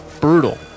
Brutal